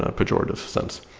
ah pejorative sense.